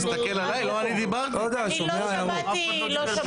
היום אם אני רוצה